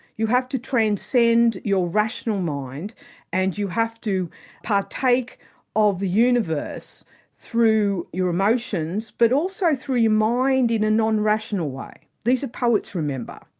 you have to transcend your rational mind and you have to partake of the universe through your emotions but also through your mind in a non-rational way. these are poets, remember.